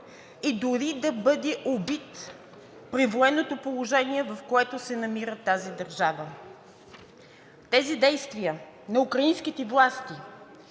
и дори да бъде убит при военното положение, в което се намира тази държава. Тези действия на украинските власти